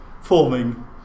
forming